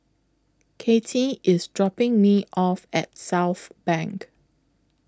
Kattie IS dropping Me off At Southbank